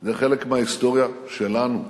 זה חלק מההיסטוריה שלנו.